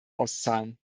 auszahlen